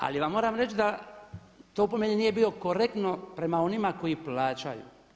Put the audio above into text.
Ali vam moram reći da to po meni nije bilo korektno prema onima koji plaćaju.